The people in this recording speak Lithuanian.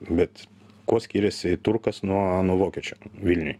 bet kuo skiriasi turkas nuo nuo vokiečio vilniuj